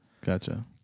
gotcha